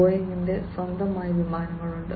ബോയിംഗിന് സ്വന്തമായി വിമാനങ്ങളുണ്ട്